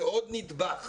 זה עוד נדבך.